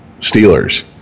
Steelers